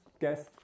Guess